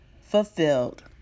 fulfilled